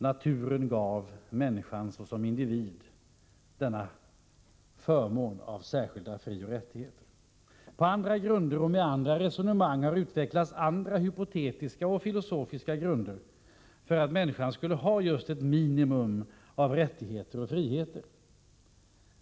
Naturen gav människan som individ denna förmån av särskilda frioch rättigheter. På andra grunder och med andra resonemang har utvecklats andra hypotetiska och filosofiska grunder för att människan skulle ha just ett minimum av rättigheter och friheter.